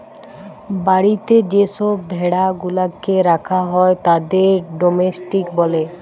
বাড়িতে যে সব ভেড়া গুলাকে রাখা হয় তাদের ডোমেস্টিক বলে